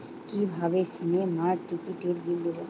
কিভাবে সিনেমার টিকিটের বিল দেবো?